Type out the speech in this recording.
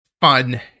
fun